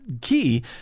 key